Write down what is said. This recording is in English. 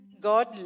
God